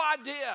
idea